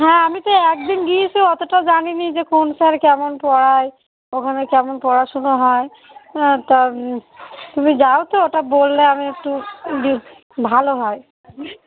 হ্যাঁ আমি তো একদিন গিয়েছ অতটা জানি নি যে কোন স্যার কেমন পড়ায় ওখানে কেমন পড়াশুনো হয় তা তুমি যাও তো ওটা বললে আমি একটু ভালো হয়